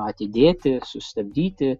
atidėti sustabdyti